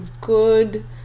good